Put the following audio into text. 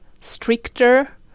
stricter